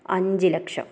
അഞ്ച് ലക്ഷം